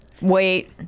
Wait